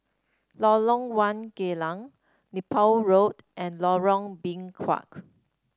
Lorong One Geylang Nepal Road and Lorong Biawak